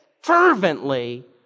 fervently